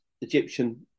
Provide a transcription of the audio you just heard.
Egyptian